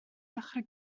ddechrau